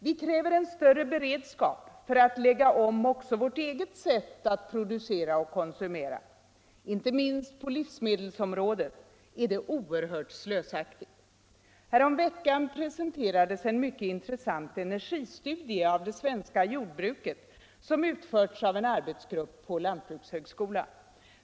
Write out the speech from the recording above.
Vi kräver en större beredskap för att lägga om också vårt eget sätt att producera och konsumera. Inte minst på livsmedelsområdet är det oerhört slösaktigt. Häromveckan presenterades en mycket intressant energistudie av det svenska jordbruket som utförts av en arbetsgrupp på lantbrukshögskolan.